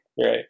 Right